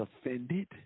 offended